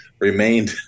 remained